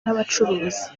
n’abacuruzi